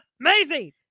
amazing